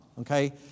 okay